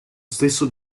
stesso